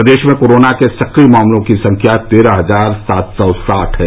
प्रदेश में कोरोना के सक्रिय मामलों की संख्या तेरह हजार सात सौ साठ है